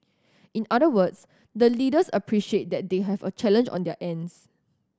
in other words the leaders appreciate that they have a challenge on their ends